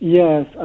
yes